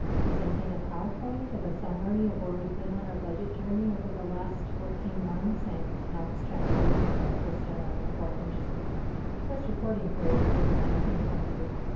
presenting a powerpoint of a summary of where we've been on our budget journey over the last fourteen months and how it's translating into our first interim report, which is the first reporting period for the nineteen twenty year,